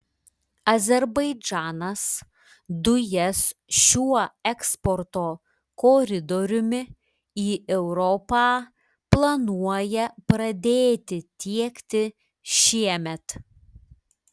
azerbaidžanas dujas šiuo eksporto koridoriumi į europą planuoja pradėti tiekti šiemet